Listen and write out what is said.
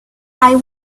eye